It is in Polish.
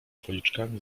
policzkami